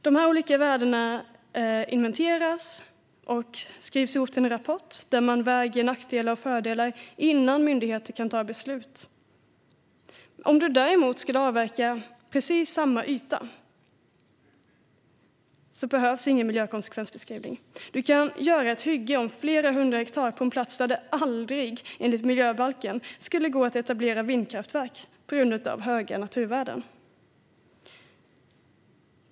Dessa olika värden inventeras och skrivs ihop i en rapport, där man väger nackdelar och fördelar innan myndigheter kan fatta beslut. Om du däremot skulle avverka precis samma yta behövs ingen miljökonsekvensbeskrivning. Du kan göra ett hygge om flera hundra hektar på en plats där det aldrig, enligt miljöbalken, skulle gå att etablera vindkraftverk på grund av höga naturvärden.